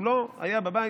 הוא לא היה בבית.